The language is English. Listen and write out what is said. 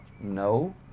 No